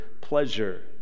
pleasure